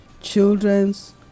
children's